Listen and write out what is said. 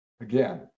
again